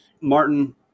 Martin